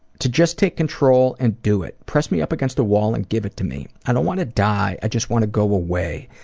to just take control and do it. just press me up against a wall and give it to me. i don't want to die, i just want to go away.